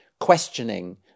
questioning